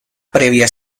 previa